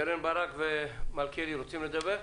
קרן ברק ומלכיאלי, רוצים לדבר?